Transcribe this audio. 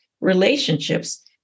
relationships